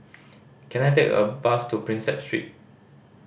can I take a bus to Prinsep Street